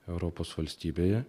europos valstybėje